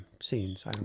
scenes